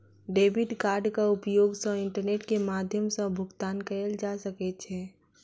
debit कार्डक उपयोग सॅ इंटरनेट के माध्यम सॅ भुगतान कयल जा सकै छै